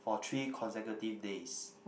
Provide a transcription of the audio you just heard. for three consecutive days